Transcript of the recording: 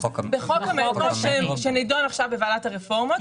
בחוק המטרו שנידון עכשיו בוועדת הרפורמות.